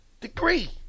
degree